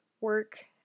work